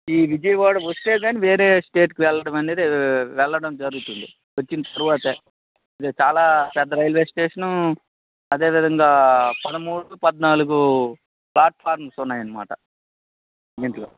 ఈ విజయవాడ వస్తేగాని వేరే స్టేటు కు వెళ్లడం అనేది వెళ్లడం జరుగుతుంది వచ్చిన తరువాతే ఇది చాలా పెద్ద రైల్వే స్టేషను అదే విధంగా పదమూడు పద్నాలుగు ప్లాటుఫార్మ్స్ ఉన్నాయన్నమాట దీంట్లో